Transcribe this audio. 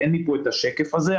אין לי פה את השקף הזה,